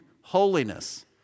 holiness